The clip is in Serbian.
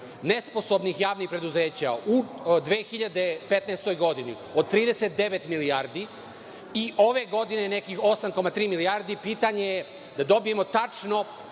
nesposobnih javnih preduzeća u 2015. godini od 39 milijardi i ove godine nekih 8,3 milijarde, a pitanje je da dobijemo tačno